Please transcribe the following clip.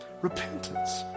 Repentance